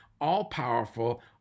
all-powerful